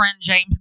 James